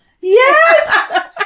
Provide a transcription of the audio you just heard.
Yes